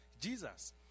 Jesus